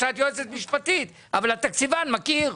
כי את יועצת משפטית אבל התקציבן מכיר.